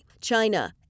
China